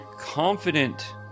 confident